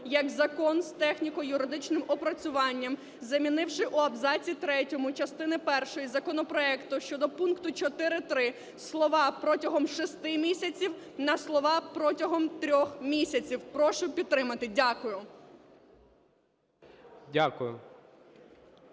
як закон з техніко-юридичним опрацюванням, замінивши в абзаці третьому частини першої законопроекту щодо пункту 4-3 слова "протягом шести місяців" на слова "протягом трьох місяців". Прошу підтримати. Дякую.